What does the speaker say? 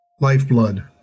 lifeblood